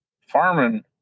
farming